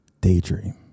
daydream